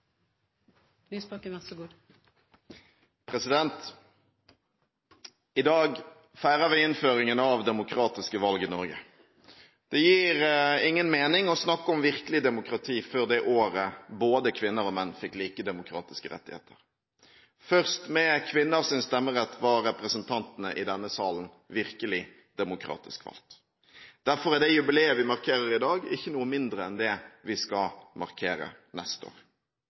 I dag feirer vi innføringen av demokratiske valg i Norge. Det gir ingen mening å snakke om virkelig demokrati før det året både kvinner og menn fikk like demokratiske rettigheter. Først med kvinners stemmerett var representantene i denne salen virkelig demokratisk valgt. Derfor er det jubileet vi markerer i dag, ikke noe mindre enn det vi skal markere neste år.